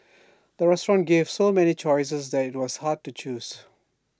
the restaurant gave so many choices that IT was hard to choose